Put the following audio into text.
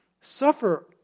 suffer